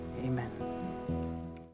Amen